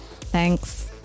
Thanks